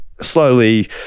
slowly